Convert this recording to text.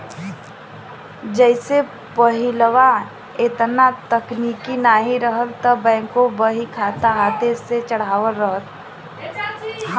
जइसे पहिलवा एतना तकनीक नाहीं रहल त बैंकों बहीखाता हाथे से चढ़ावत रहल